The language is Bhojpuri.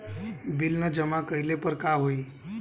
बिल न जमा कइले पर का होई?